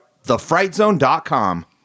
TheFrightZone.com